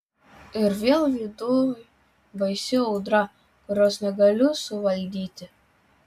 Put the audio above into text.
ir vėl viduj baisi audra kurios negaliu suvaldyti